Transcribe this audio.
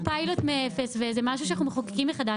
פיילוט מאפס ומשהו שאנחנו מחוקקים מחדש,